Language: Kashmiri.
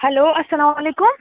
ہیٚلو اَسلامُ علیکُم